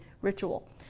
ritual